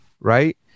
right